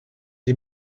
des